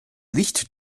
licht